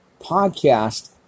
podcast